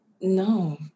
No